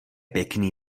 pěkný